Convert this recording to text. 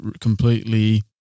completely